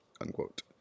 unquote